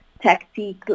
tactic